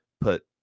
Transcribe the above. put